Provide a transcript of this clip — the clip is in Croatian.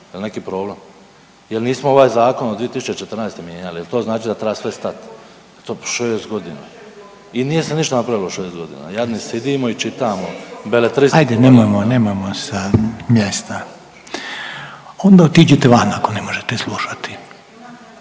Jel' neki problem? Jer nismo ovaj zakon od 2014. mijenjali, jel' to znači da treba sve stati. To je šest godina. I nije se ništa napravilo u šest godina. Jadni sidimo i čitamo beletristiku. **Reiner, Željko (HDZ)** Hajde nemojmo, nemojmo sa mjesta. Onda otiđite van ako ne možete slušati.